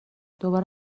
دوباره